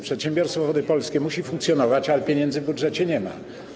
Przedsiębiorstwo Wody Polskie musi funkcjonować, ale pieniędzy w budżecie nie ma.